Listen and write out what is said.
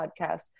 podcast